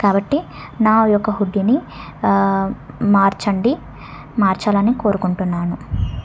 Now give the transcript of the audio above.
కాబట్టి నా యొక్క హుడ్డీని మార్చండి మార్చాలని కోరుకుంటున్నాను